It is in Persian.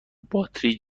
باتری